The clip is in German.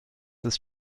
ist